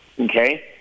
okay